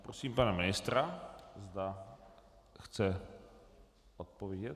Prosím pana ministra, zda chce odpovědět.